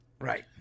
right